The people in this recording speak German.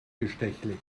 bestechlich